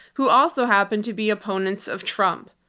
who also happen to be opponents of trump.